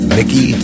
Mickey